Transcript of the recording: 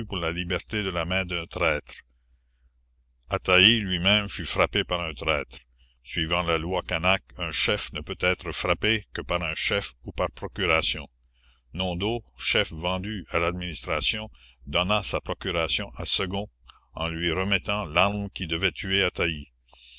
la liberté de la main d'un traître atai lui-même fut frappé par un traître suivant la loi canaque un chef ne peut être frappé que par un chef ou par procuration nondo chef vendu à l'administration donna sa procuration à segon en lui remettant l'arme qui devait tuer